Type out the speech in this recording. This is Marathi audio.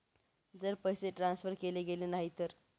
जर पैसे ट्रान्सफर केले गेले नाही तर?